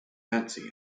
nancy